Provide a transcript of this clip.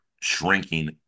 shrinking